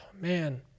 Man